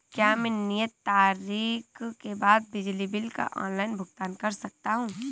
क्या मैं नियत तारीख के बाद बिजली बिल का ऑनलाइन भुगतान कर सकता हूं?